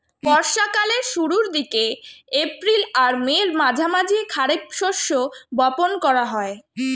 বর্ষা কালের শুরুর দিকে, এপ্রিল আর মের মাঝামাঝি খারিফ শস্য বপন করা হয়